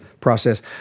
process